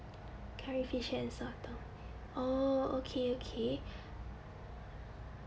curry fish head and sotong oh okay okay